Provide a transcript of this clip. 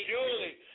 Julie